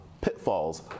pitfalls